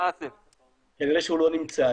כנראה שהוא לא נמצא.